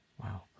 Wow